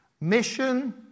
mission